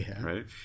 right